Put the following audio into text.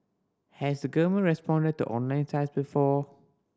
has the government responded to online sites before